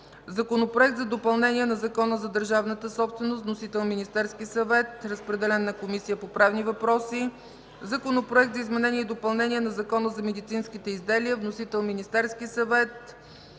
Законопроект за допълнение на Закона за държавната собственост. Вносител – Министерският съвет. Разпределен е на Комисията по правни въпроси. Законопроект за изменение и допълнение на Закона замедицинските изделия. Вносител – Министерският съвет.